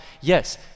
Yes